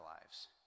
lives